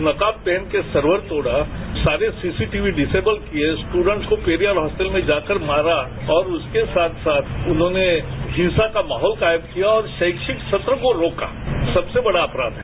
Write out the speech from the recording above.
नकाब पहनकर सर्वर तोड़ा सारे C C T V disable किए स्ट्रडेट्स को पेरियल हॉस्टल में जाकर मारा और उसके साथ साथ उन्होंने हिंसा का माहौल कायम किया और रैक्षिक सत्रों को रोका सबसे बड़ा अपराध है